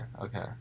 okay